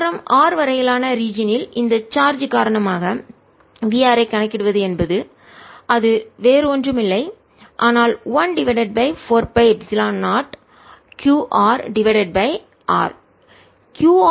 ஆரம் r வரையிலான region ல் இந்த சார்ஜ் காரணமாக v r ஐ க் கணக்கிடுவது என்பது அது வேறு ஒன்றுமில்லை ஆனால் 1 divided by 4 by epsilon 0 q r divided by r